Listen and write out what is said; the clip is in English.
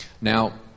Now